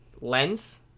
Lens